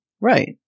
Right